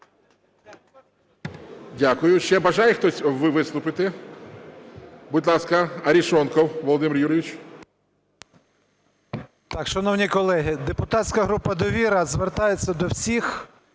Дякую. Ще бажає хтось виступити? Будь ласка, Арешонков Володимир Юрійович.